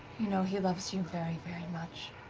you know, he loves you very, very much.